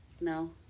No